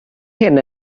hyn